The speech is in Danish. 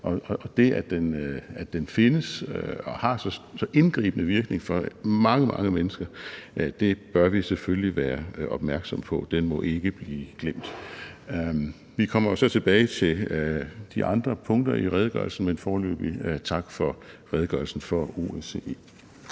Det, at den findes og har så indgribende virkning på mange, mange mennesker, bør vi selvfølgelig være opmærksomme på. Den må ikke blive glemt. Vi kommer jo så tilbage til de andre punkter i redegørelsen, men foreløbig tak for redegørelsen om OSCE.